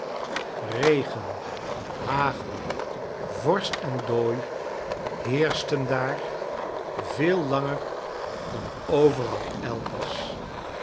regen hagel vorst en dooi heerschten daar veel langer dan overal elders